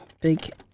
Big